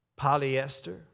Polyester